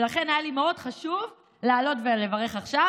ולכן היה לי מאוד חשוב לעלות ולברך עכשיו.